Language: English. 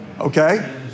Okay